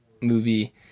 movie